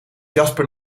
jasper